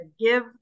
give